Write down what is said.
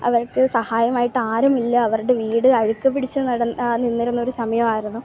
അവർക്ക് സഹായമായിട്ട് ആരുമില്ല അവരുടെ വീട് അഴുക്ക് പിടിച്ച നടന്ന നിന്നിരുന്ന ഒരു സമയമായിരുന്നു